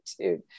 attitude